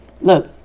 Look